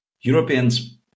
Europeans